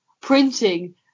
printing